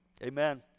Amen